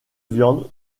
viande